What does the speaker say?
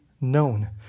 known